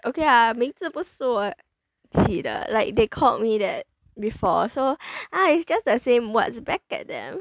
okay ah 名字不是我起的 like they called me that before so ah it's just the same words back at them